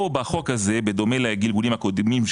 פה בחוק הזה בדומה לגלגוליו הקודמים,